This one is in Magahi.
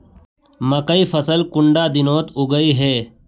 मकई फसल कुंडा दिनोत उगैहे?